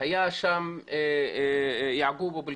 היה שם יעקוב אבו אל-קיעאן,